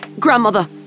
Grandmother